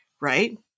right